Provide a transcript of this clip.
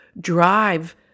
drive